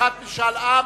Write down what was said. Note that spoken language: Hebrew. (עריכת משאל עם).